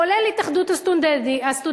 כולל התאחדות הסטודנטים,